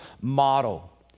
model